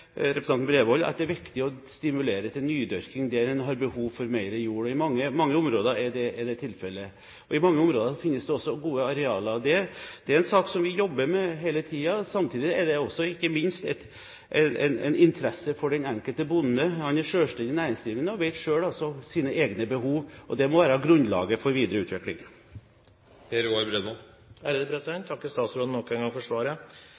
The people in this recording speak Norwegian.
representanten Bredvold i at det er viktig å stimulere til nydyrking der en har behov for mer jord. I mange områder er det tilfellet, og i mange områder finnes det også gode arealer. Det er en sak som vi jobber med hele tiden. Samtidig er det ikke minst en interesse for den enkelte bonde. Han er selvstendig næringsdrivende og vet selv om egne behov. Det må være grunnlaget for videre utvikling. Jeg takker statsråden nok en gang for svaret.